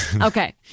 Okay